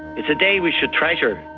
it's a day we should treasure,